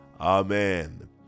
Amen